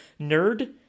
nerd